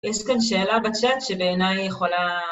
יש כאן שאלה בצאט שבעיניי יכולה